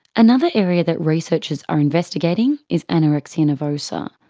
another area that researchers are investigating is anorexia nervosa.